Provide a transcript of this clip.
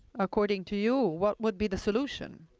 according to you, what would be the solution?